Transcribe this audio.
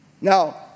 Now